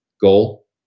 goal